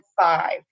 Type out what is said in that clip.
five